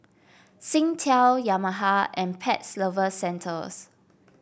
Singtel Yamaha and Pets Lovers Centres